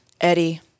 Eddie